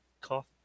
cough